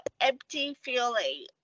empty-feeling